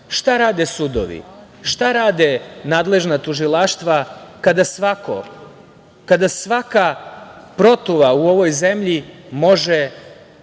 šta rade sudovi, šta rade nadležna tužilaštva kada svako, kada svaka protuva u ovoj zemlji može